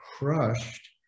crushed